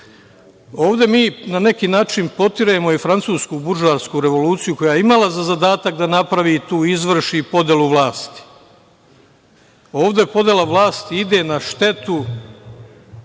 mi, na neki način, potiremo i francusku buržoasku revoluciju koja je imala za zadatak da napravi tu, izvrši podelu vlasti. Ovde podela vlasti ide na štetu